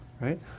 right